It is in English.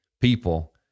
people